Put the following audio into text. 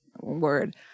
Word